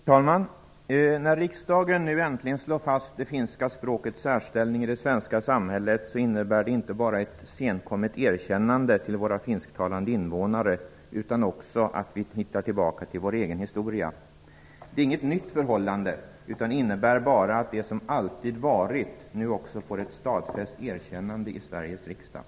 Herr talman! När riksdagen nu äntligen slår fast det finska språkets särställning i det svenska samhället innebär det inte bara ett senkommet erkännande till våra finsktalande invånare, utan också att vi hittar tillbaka till vår egen historia. Det är inget nytt förhållande, utan det innebär bara att det som alltid varit nu också får ett stadfäst erkännande i Sveriges riksdag.